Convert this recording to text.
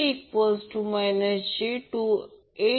Z j28j10 j28j100